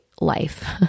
life